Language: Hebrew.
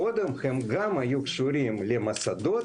קודם הם גם היו קשורים למוסדות,